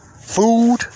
food